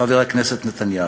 חבר הכנסת נתניהו,